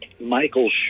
Michael